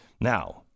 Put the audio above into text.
Now